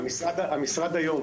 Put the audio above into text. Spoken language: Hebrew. המשרד היום